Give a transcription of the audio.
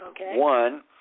One